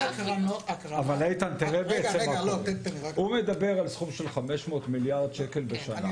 הוא מדבר על סכום של 500 מיליון שקל בשנה,